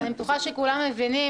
אני בטוחה שכולם מבינים,